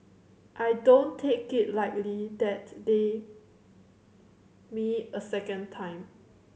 I don't take it lightly that they me a second time